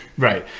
right.